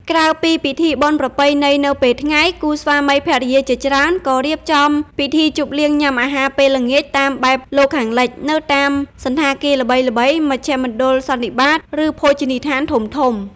ក្រៅពីពិធីបុណ្យប្រពៃណីនៅពេលថ្ងៃ គូស្វាមីភរិយាជាច្រើនក៏រៀបចំ ពិធីជប់លៀងញាំអាហារពេលល្ងាចតាមបែបលោកខាងលិច នៅតាមសណ្ឋាគារល្បីៗ មជ្ឈមណ្ឌលសន្និបាត ឬភោជនីយដ្ឋានធំៗ ។